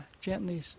gently